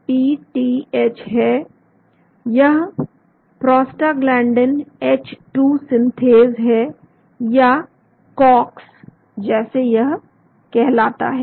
यह 1PTH है यह प्रोस्टाग्लैंडइन H2 सिंथेज है या कॉक्स जैसे यह कहलाता है